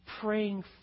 praying